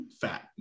fat